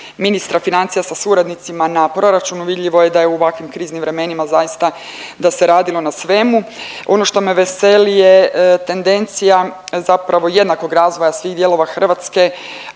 ministra financija sa suradnicima na proračunu. Vidljivo je da je u ovakvim kriznim vremenima zaista da se radilo na svemu. Ono što me veseli je tendencija zapravo jednakog razvoja svih dijelova Hrvatske,